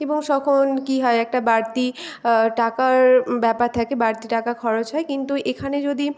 এবং সখন কী হয় একটা বাড়তি টাকার ব্যাপার থাকে বাড়তি টাকা খরচ হয় কিন্তু এখানে যদি